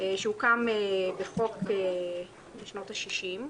שהוקם בחוק שנות ה-60.